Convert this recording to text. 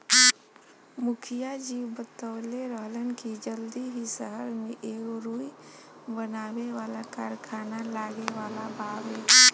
मुखिया जी बतवले रहलन की जल्दी ही सहर में एगो रुई बनावे वाला कारखाना लागे वाला बावे